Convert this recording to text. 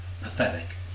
pathetic